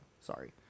Sorry